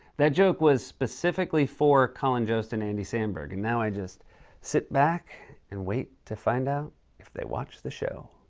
that joke was specifically for colin jost and andy samberg. and now i just sit back and wait to find out if they watch the show.